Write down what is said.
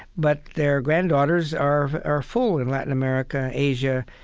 but their granddaughters are are full in latin america, asia,